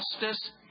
justice